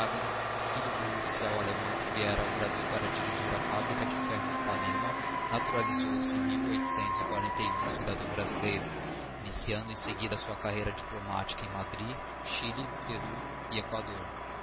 wamhagen filho de um official allemão que viéra ao brasil para dirigir a fabrica de ferro de ipanema naturalisou se em cidadão brasileiro iniciando em seguida a sua carreira diplomática em madrid chile peru e equador